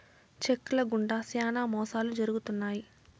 check ల గుండా శ్యానా మోసాలు జరుగుతున్నాయి